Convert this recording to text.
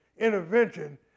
Intervention